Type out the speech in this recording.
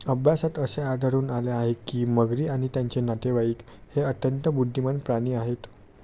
अभ्यासात असे आढळून आले आहे की मगरी आणि त्यांचे नातेवाईक हे अत्यंत बुद्धिमान प्राणी आहेत